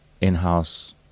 in-house